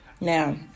Now